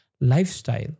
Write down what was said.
lifestyle